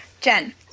Jen